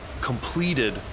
completed